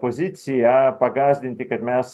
poziciją pagąsdinti kad mes